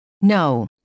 No